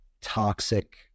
toxic